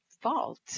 fault